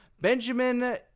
Benjamin